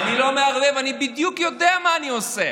אני לא מערבב, אני יודע בדיוק מה אני עושה.